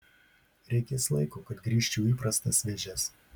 reikės laiko kad grįžčiau į įprastas vėžes